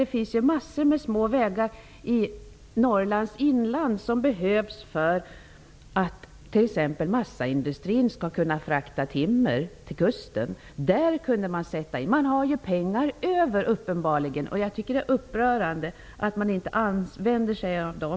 Det finns mängder av små vägar i Norrlands inland som behövs för att t.ex. massaindustrin skall kunna frakta timmer till kusten. Där kunde man sätta in resurser. Man har ju uppenbarligen pengar över. Jag tycker att det är upprörande att man inte använder sig av dem.